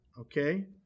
okay